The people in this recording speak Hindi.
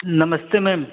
नमस्ते मैम